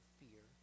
fear